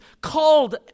called